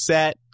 Set